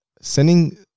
sending